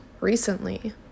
recently